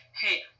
Hey